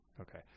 okay